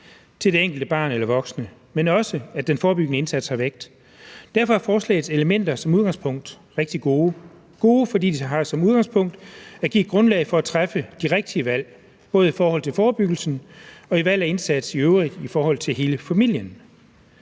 til det enkelte barn eller den enkelte voksne, men også, at den forebyggende indsats har vægt. Derfor er forslagets elementer som udgangspunkt rigtig gode – gode, fordi de har som udgangspunkt at give et grundlag for at træffe de rigtige valg, både i forhold til forebyggelsen og valget af indsatsen i øvrigt i forhold til hele familien.